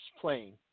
playing